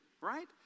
right